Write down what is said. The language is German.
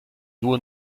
nur